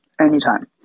Anytime